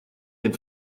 den